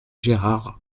gérard